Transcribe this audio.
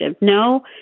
No